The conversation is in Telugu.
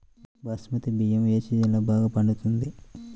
బాస్మతి బియ్యం ఏ సీజన్లో బాగా పండుతుంది?